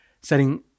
setting